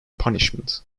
punishment